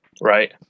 Right